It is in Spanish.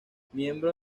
miembro